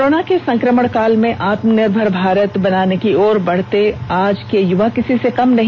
corona के संक्रमण काल में आत्मनिर्भर भारत बनाने की ओर बढ़ते आज के युवा किसी से कम नहीं